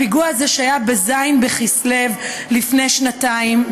הפיגוע הזה היה בז' בכסלו לפני שנתיים,